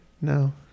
No